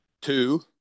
Two